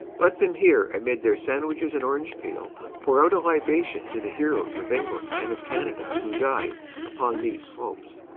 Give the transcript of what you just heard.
let them here amid their sandwiches and orange peel pour out a libation to the heroes of england and of canada who died upon these slopes.